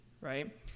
right